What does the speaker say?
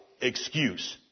excuse